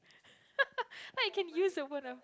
I can use the word ah